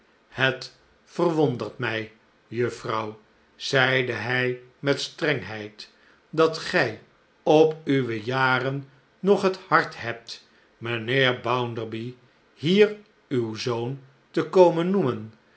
het verwondert mij juffrouw zeide hi met strengheid dat gij op uwe jaren nog het hart hebt mijnheer bounderby hier uw zoon te komen noemen